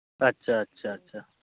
ᱟᱪᱪᱷᱟ ᱟᱪᱪᱷᱟ ᱟᱪᱪᱷᱟ